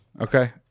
Okay